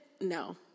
No